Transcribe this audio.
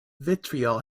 vitriol